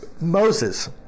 Moses